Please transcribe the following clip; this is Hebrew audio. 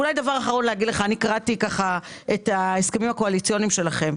לבסוף, קראתי את ההסכמים הקואליציוניים שלכם.